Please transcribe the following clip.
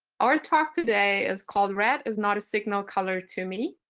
our talk today is called red is not a signal color to me.